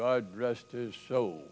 god rest his soul